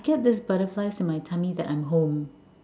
I get this butterflies in my tummy that I'm home